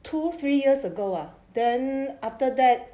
two three years ago ah then after that